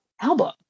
album